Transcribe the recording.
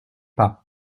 pas